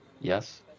Yes